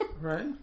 Right